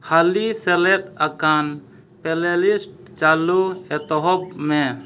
ᱦᱟᱹᱞᱤ ᱥᱮᱞᱮᱫ ᱟᱠᱟᱱ ᱯᱞᱮᱞᱤᱥᱴ ᱪᱟᱹᱞᱩ ᱮᱛᱚᱦᱚᱵ ᱢᱮ